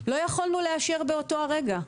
לא יכולנו לאשר באותו הרגע.